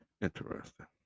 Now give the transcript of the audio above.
interesting